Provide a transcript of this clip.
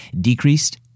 Decreased